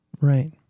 right